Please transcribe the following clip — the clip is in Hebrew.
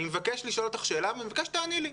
אני רוצה לשאול אותך שאלה ואני מבקש שתעני לי,